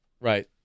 Right